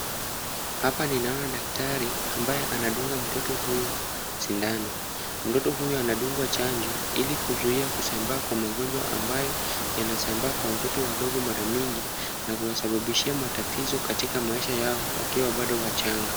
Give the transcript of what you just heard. Hapa ninaona daktari ambaye anadunga mtoto huyu sindano. Mtoto huyu anadungwa chanjo ili kuzuia kusambaa kwa magonjwa ambayo yanasambaa kwa watoto wadogo mara mingi na kuwasababishia matatizo katika maisha yao wakiwa bado wachanga.